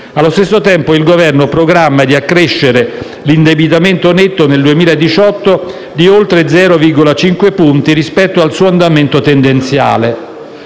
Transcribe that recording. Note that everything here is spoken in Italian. Allo stesso tempo, il Governo programma di accrescere l'indebitamento netto nel 2018 di oltre 0,5 punti rispetto al suo andamento tendenziale.